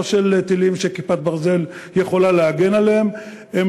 לא של טילים ש"כיפת ברזל" יכולה להגן עליהם מהם,